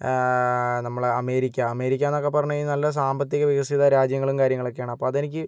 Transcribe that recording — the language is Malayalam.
നമ്മളെ അമേരിക്ക അമേരിക്കാന്നൊക്കെ പറഞ്ഞാൽ നല്ല സാമ്പത്തിക വികസിത രാജ്യങ്ങളും കാര്യങ്ങളൊക്കെയാണ് അപ്പോൾ അതെനിക്ക്